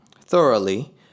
thoroughly